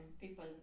people